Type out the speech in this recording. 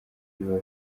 biba